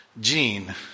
Gene